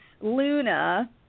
Luna